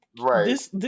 Right